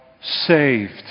saved